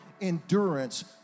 endurance